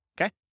okay